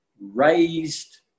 raised